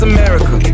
America